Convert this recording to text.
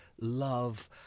Love